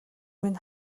минь